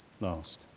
last